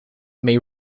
may